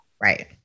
Right